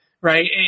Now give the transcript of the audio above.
right